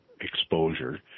exposure